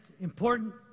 important